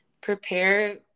prepare